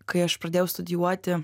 kai aš pradėjau studijuoti